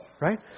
right